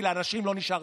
כי לאנשים לא נשאר,